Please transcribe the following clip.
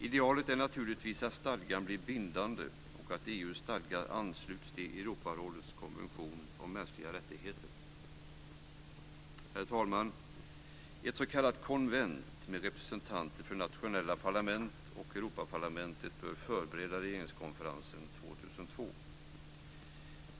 Idealet är naturligtvis att stadgan blir bindande och att EU:s stadga ansluts till Herr talman! Ett s.k. konvent, med representanter för nationella parlament och Europaparlamentet, bör förbereda regeringskonferensen 2004.